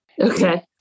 Okay